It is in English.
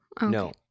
no